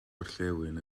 orllewin